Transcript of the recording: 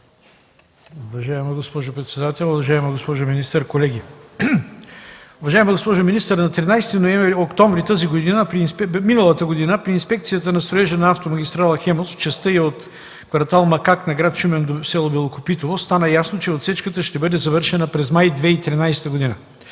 Уважаема госпожо председател, уважаема госпожо министър, колеги! Уважаема госпожо министър, на 13 октомври миналата година при инспекцията на строежа на автомагистрала „Хемус” в частта й от квартал „Макак” на град Шумен до село Белокопитово стана ясно, че отсечката ще бъде завършена през май 2013 г.